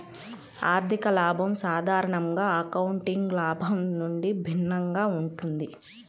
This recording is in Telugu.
ఆర్థిక లాభం సాధారణంగా అకౌంటింగ్ లాభం నుండి భిన్నంగా ఉంటుంది